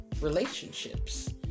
relationships